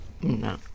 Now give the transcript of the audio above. No